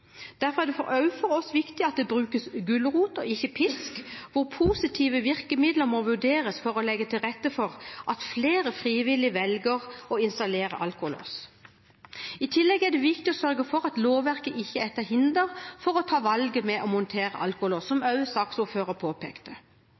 Derfor er det også for oss viktig at det brukes gulrot og ikke pisk, hvor positive virkemidler må vurderes for å legge til rette for at flere frivillig velger å installere alkolås. I tillegg er det viktig å sørge for at lovverket ikke er til hinder for å ta valget med å montere alkolås, som også saksordføreren påpekte.